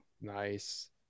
nice